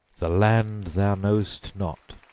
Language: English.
the land thou knowst not,